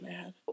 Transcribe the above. mad